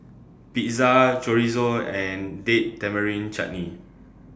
Pizza Chorizo and Date Tamarind Chutney